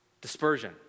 dispersion